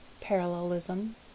parallelism